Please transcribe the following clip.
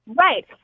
Right